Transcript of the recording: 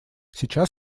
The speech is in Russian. сейчас